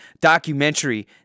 documentary